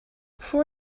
before